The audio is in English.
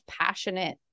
passionate